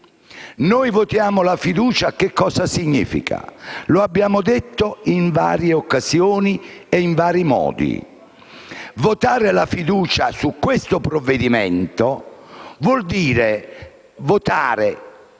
Noi voteremo la fiducia e cosa significa? Lo abbiamo detto in varie occasioni e in vari modi: votare la fiducia sul provvedimento, vuol dire